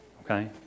Okay